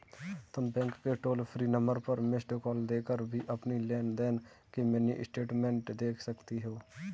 तुम बैंक के toll free number पर मिस्ड कॉल देकर भी अपनी लेन देन की मिनी स्टेटमेंट देख सकती हो